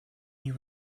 you